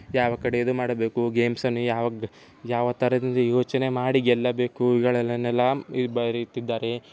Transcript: ಯಾವ ಕಡೆ ಇದು ಮಾಡಬೇಕು ಗೇಮ್ಸನ್ನು ಯಾವ ಯಾವ ಥರದಿಂದ ಯೋಚನೆ ಮಾಡಿ ಗೆಲ್ಲಬೇಕು ಇವುಗಳನ್ನೆಲ್ಲ ಬರೀತಿದ್ದಾರೆ